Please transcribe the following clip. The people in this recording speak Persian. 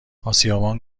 اسیابان